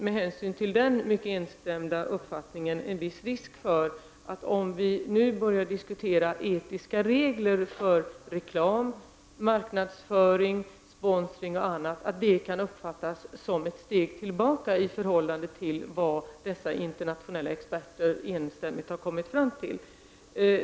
Med hänsyn till den mycket enstämmiga uppfattningen finns det en viss risk, om vi nu börjar diskutera etiska regler för reklam, marknadsföring, sponsring och annat, för att det ses som ett steg tillbaka i förhållande till vad dessa internationella experter enstämmigt har kommit fram till.